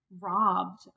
robbed